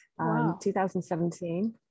2017